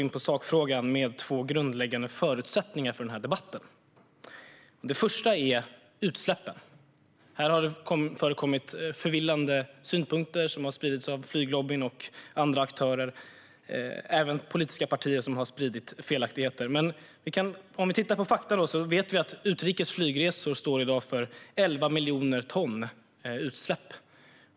Låt mig börja med två grundläggande förutsättningar för den här debatten. Den första är utsläppen. Här har det förekommit förvillande synpunkter som spridits av flyglobbyn och andra aktörer. Även politiska partier har spridit felaktigheter. Men om vi tittar på fakta vet vi att utrikes flygresor i dag står för 11 miljoner ton i utsläpp.